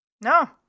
No